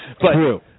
True